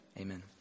Amen